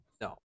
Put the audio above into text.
No